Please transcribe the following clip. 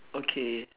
okay